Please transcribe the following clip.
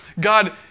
God